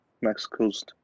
Mexico's